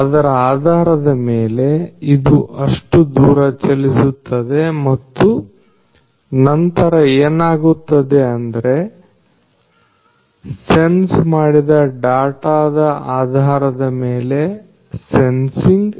ಅದರ ಆಧಾರದ ಮೇಲೆ ಇದು ಅಷ್ಟು ದೂರ ಚಲಿಸುತ್ತದೆ ಮತ್ತು ನಂತರ ಏನಾಗುತ್ತದೆ ಅಂದ್ರೆ ಸೆನ್ಸ್ ಮಾಡಿದ ಡಾಟಾದ ಆಧಾರದ ಮೇಲೆ ಸೆನ್ಸಿಂಗ್